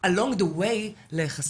בהמשך הדרך להיחשף,